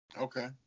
Okay